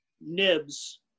nibs